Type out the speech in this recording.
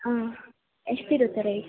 ಹಾಂ ಎಷ್ಟಿರುತ್ತೆ ರೇಟ್